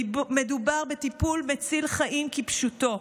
מדובר בטיפול מציל חיים, כפשוטו.